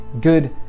good